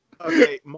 Okay